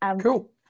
Cool